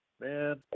Man